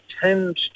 tend